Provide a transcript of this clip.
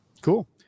Cool